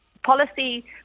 Policy